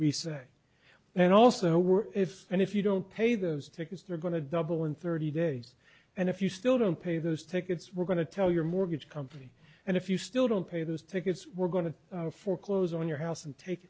we say and also we're if and if you don't pay those tickets they're going to double in thirty days and if you still don't pay those tickets we're going to tell your mortgage company and if you still don't pay those tickets we're going to foreclose on your house and take